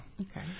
Okay